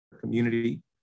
community